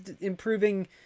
improving